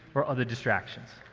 or other distractions.